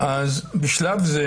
בשלב זה